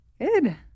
Good